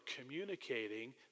communicating